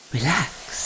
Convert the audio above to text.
Relax